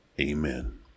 Amen